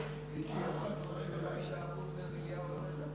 אני עומד כאן ובאמתחתי הרבה מה להגיד על עניין